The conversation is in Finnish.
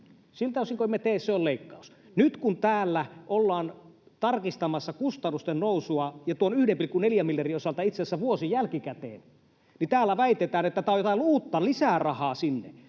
Siltä osin kuin emme tee, se on leikkaus. Nyt kun täällä ollaan tarkistamassa kustannusten nousua — ja tuon 1,4 miljardin osalta itse asiassa vuosi jälkikäteen — niin täällä väitetään, että tämä on jotain uutta lisärahaa sinne.